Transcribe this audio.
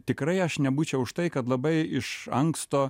tikrai aš nebūčiau už tai kad labai iš anksto